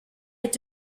est